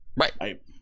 Right